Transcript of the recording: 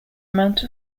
amount